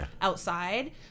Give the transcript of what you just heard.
outside